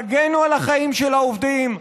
תגנו על החיים של העובדים.